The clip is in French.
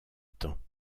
temps